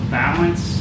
balance